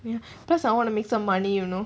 mm cause I want to make some money you know